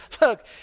look